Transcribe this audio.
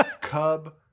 Cub